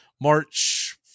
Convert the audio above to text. March